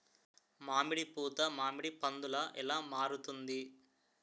మామిడి పూత మామిడి పందుల ఎలా మారుతుంది?